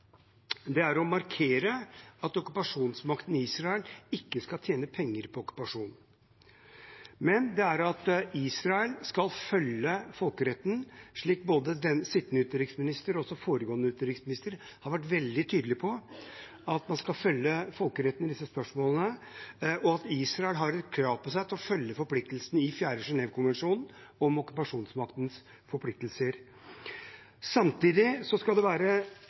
her er å markere at okkupasjonsmakten Israel ikke skal tjene penger på okkupasjon, men at Israel skal følge folkeretten, slik både sittende og foregående utenriksminister har vært veldig tydelige på: Man skal følge folkeretten i disse spørsmålene, og Israel har et krav på seg til å følge forpliktelsen i fjerde Genève-konvensjon om okkupasjonsmaktens forpliktelser. Samtidig